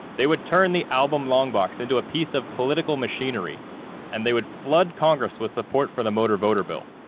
they would turn the album long box into a piece of political machinery and they would flood congress with support for the motor voter bill.